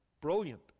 Brilliant